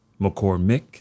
mccormick